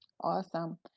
Awesome